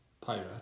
pirate